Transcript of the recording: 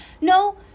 no